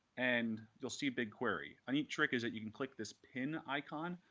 and you'll see bigquery. a neat trick is that you can click this pin icon,